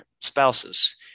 spouses